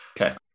Okay